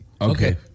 Okay